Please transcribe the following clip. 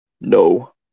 no